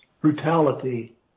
brutality